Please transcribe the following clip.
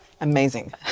Amazing